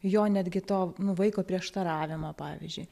jo netgi to nu vaiko prieštaravimą pavyzdžiui